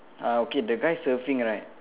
ah okay the guy surfing right